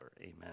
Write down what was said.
Amen